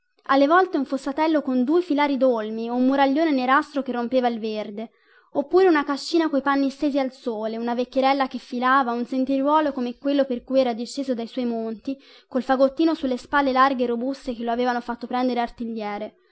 alle volte un fossatello con due filari dolmi o un muraglione nerastro che rompeva il verde oppure una cascina coi panni stesi al sole una vecchierella che filava un sentieruolo come quello per cui era disceso dai suoi monti col fagottino sulle spalle larghe e robuste che lo avevano fatto prendere artigliere